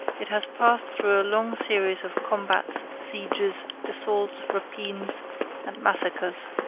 it has passed through a long series of combats, sieges, assaults, rapines and massacres.